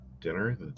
dinner